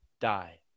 Die